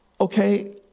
okay